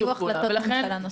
היו החלטות ממשלה נוספות.